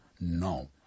No